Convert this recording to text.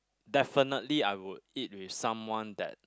definitely I would eat with someone that